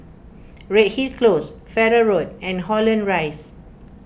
Redhill Close Farrer Road and Holland Rise